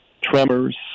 tremors